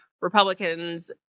Republicans